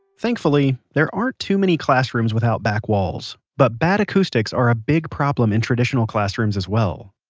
thankfully, there aren't too many classrooms without back walls. but bad acoustics are a big problem in traditional classrooms as well.